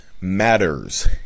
matters